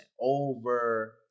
over